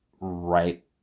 right